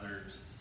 others